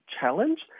challenge